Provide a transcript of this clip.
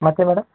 ಮತ್ತೆ ಮೇಡಮ್